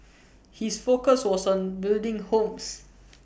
his focus was on building homes